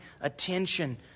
attention